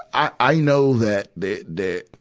i, i know that the, the,